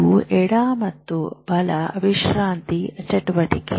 ಇದು ಎಡ ಮತ್ತು ಬಲ ವಿಶ್ರಾಂತಿ ಚಟುವಟಿಕೆ